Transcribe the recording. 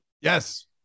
yes